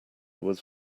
was